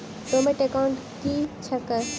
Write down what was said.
Dormant account की छैक?